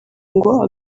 ngo